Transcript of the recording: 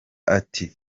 ati